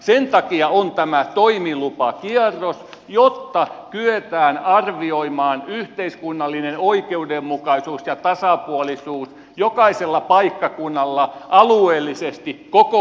sen takia on tämä toimilupakierros jotta kyetään arvioimaan yhteiskunnallinen oikeudenmukaisuus ja tasapuolisuus jokaisella paikkakunnalla alueellisesti koko suomessa